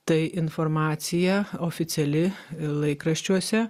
tai informacija oficiali laikraščiuose